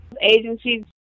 agencies